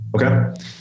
Okay